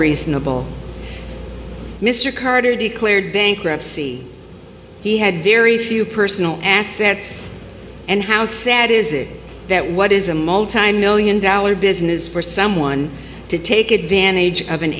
reasonable mr carter declared bankruptcy he had very few personal assets and how sad is it that what is a multimillion dollar business for someone to take advantage of an